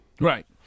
Right